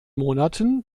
monaten